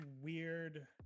weird